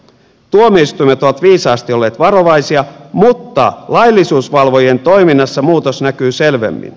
tuomioistuimet ovat viisaasti olleet varovaisia mutta laillisuusvalvojien toiminnassa muutos näkyy selvemmin